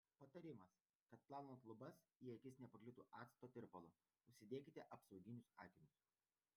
patarimas kad plaunant lubas į akis nepakliūtų acto tirpalo užsidėkite apsauginius akinius